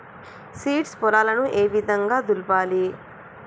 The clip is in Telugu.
సీడ్స్ పొలాలను ఏ విధంగా దులపాలి?